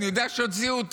אני יודע שהוציאו אותם.